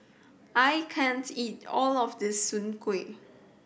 I can't eat all of this Soon Kuih